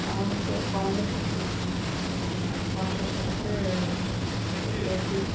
அவனுக்கு ஒரு கொழந்த பிறந்துச்சி கொழந்த பிறந்து எங்களுக்கு ஒரு பேத்தி